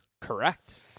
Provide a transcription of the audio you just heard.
Correct